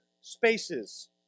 spaces